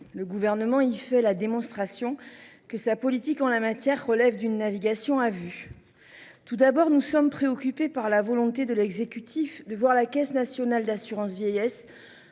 Le Gouvernement y fait la démonstration que sa politique en la matière relève d’une navigation à vue. Nous sommes préoccupés par la volonté de l’exécutif de voir la Caisse nationale d’assurance vieillesse